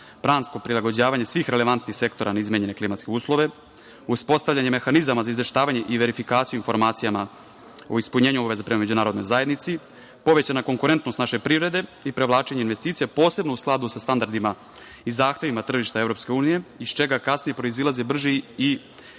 plansko prilagođavanje svih relevantnih sektora na izmenjene klimatske uslove, uspostavljanje mehanizama za izveštavanje i verifikaciju informacija o ispunjenju obaveza prema međunarodnoj zajednici, povećana konkurentnost naše privrede i privlačenje investicija, posebno u skladu sa standardima i zahtevima tržišta Evropske unije, iz čega kasnije proizilaze brži i